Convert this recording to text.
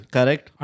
Correct